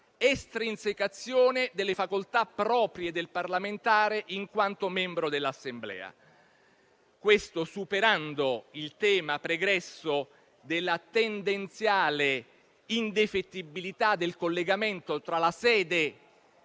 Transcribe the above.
estrinsecazione delle facoltà proprie del parlamentare in quanto membro dell'Assemblea; questo superando il tema pregresso della tendenziale indefettibilità del collegamento tra la sede